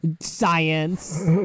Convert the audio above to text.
Science